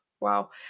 wow